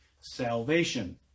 salvation